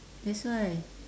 that's why